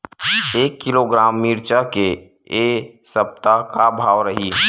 एक किलोग्राम मिरचा के ए सप्ता का भाव रहि?